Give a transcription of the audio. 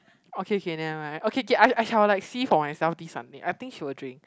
okay K never mind okay K I I shall like see for myself this Sunday I think she will drink